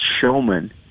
showman